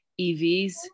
EVs